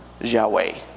Yahweh